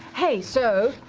hey, so.